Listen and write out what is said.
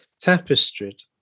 tapestried